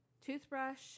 toothbrush